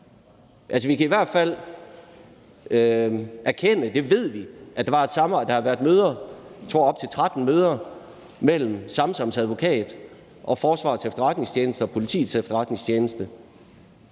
vi kan i hvert fald erkende – det ved vi – at der har været op til 13 møder, tror jeg, mellem Samsams advokat og Forsvarets Efterretningstjeneste og Politiets Efterretningstjeneste.